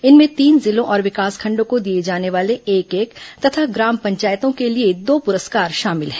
इनमें तीन जिलों और विकासखंडों को दिए जाने वाले एक एक तथा ग्राम पंचायतों के लिए दो पुरस्कार शामिल हैं